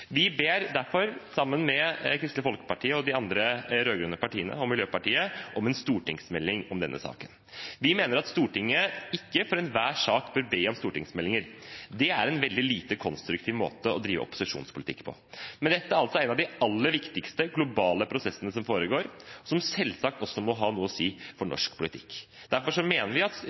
Vi ber derfor, sammen med Kristelig Folkeparti, de andre rød-grønne partiene og Miljøpartiet De Grønne, om en stortingsmelding om denne saken. Vi mener at Stortinget ikke i enhver sak bør be om en stortingsmelding. Det er en veldig lite konstruktiv måte å drive opposisjonspolitikk på. Men dette er en av de aller viktigste globale prosessene som foregår, som selvsagt også må ha noe å si for norsk politikk. Derfor mener vi at